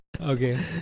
Okay